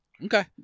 Okay